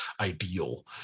ideal